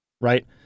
Right